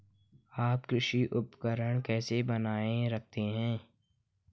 आप कृषि उपकरण कैसे बनाए रखते हैं?